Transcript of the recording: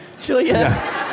Julia